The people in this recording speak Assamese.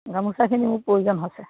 গামোচাখিনি মোৰ প্ৰয়োজন হৈছে